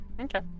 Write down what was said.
Okay